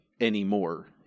anymore